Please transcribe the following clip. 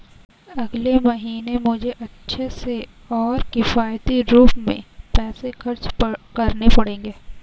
अगले महीने मुझे अच्छे से और किफायती रूप में पैसे खर्च करने पड़ेंगे